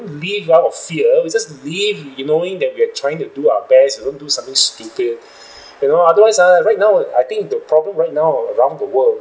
live out of fear we just live beknowing that we are trying to do our best we don't do something stupid you know otherwise ah right now I think the problem right now around the world